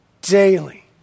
daily